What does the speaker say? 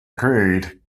agreed